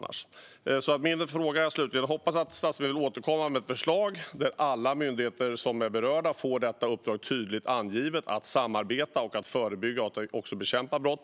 Jag hoppas att statsministern återkommer med ett förslag där alla berörda myndigheter får i tydligt angivet uppdrag att samarbeta för att förebygga och även bekämpa brott.